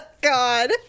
God